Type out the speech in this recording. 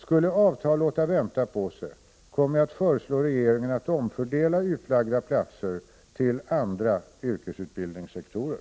Skulle avtal låta vänta på sig, kommer jag att föreslå regeringen att omfördela utlagda platser till andra yrkesutbildningssektorer.